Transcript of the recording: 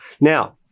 Now